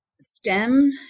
STEM